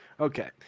Okay